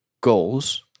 goals